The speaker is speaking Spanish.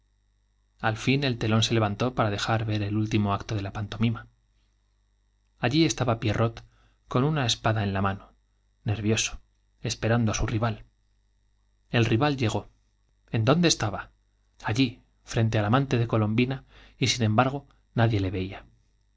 al fin el telón se levantó para dejar ver el último acto de la pantomima allí estaba pierrot con una espada en la mano nervioso esperando á su rival el rival llegó en allí frente al amante de colombina dónde estaba nadie le veía